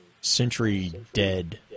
century-dead